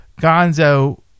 Gonzo